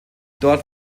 dort